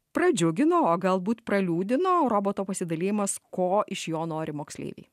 pradžiugino o galbūt praliūdino roboto pasidalijimas ko iš jo nori moksleiviai